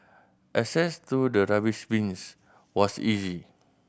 access to the rubbish bins was easy